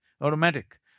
automatic